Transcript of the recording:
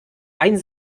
ein